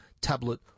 tablet